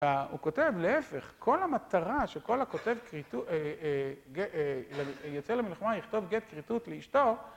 הוא כותב, להפך, כל המטרה שכל הכותב כריתות... יוצא למלחמה, יכתוב גט כריתות לאשתו